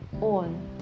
on